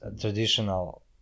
traditional